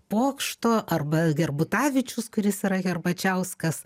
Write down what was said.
pokšto arba gerbutavičius kuris yra herbačiauskas